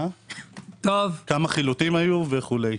כמה חילוטים היו וכו'.